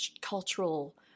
cultural